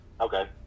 Okay